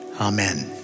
Amen